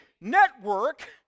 network